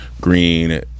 Green